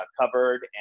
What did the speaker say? covered